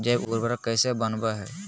जैव उर्वरक कैसे वनवय हैय?